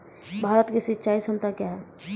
भारत की सिंचाई क्षमता क्या हैं?